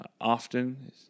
often